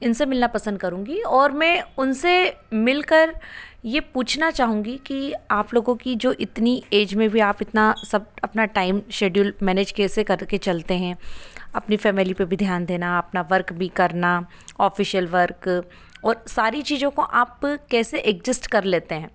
इनसे मिलन पसंद करूंगी और मैं उनसे मिल कर ये पूछना चाहूँगी की आप लोगों की जो इतनी एज में भी आप इतना सब अपना टाइम शेड्यूल मैनेज कैसे करके चलते हैं अपने फैमिली पर भी ध्यान देना वर्क भी करना ऑफिसियल वर्क और सारी चीज़ों को आप कैसे एडजेस्ट कर लेते हैं